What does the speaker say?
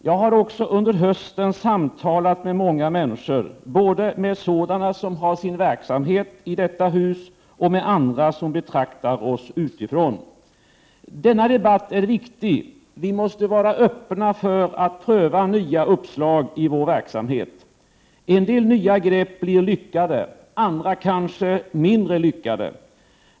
Jag har också under hösten samtalat med många människor — både med sådana som har sin verksamhet i detta hus och med andra som betraktar oss utifrån. Denna debatt är viktig. Vi måste vara öppna för att pröva nya uppslag i vår verksamhet. En del nya grepp blir lyckade, andra kanske mindre lyckade.